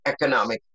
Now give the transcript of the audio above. economic